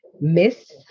miss